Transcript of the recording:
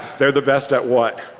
they're the best at what?